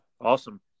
awesome